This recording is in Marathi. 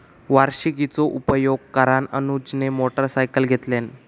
वार्षिकीचो उपयोग करान अनुजने मोटरसायकल घेतल्यान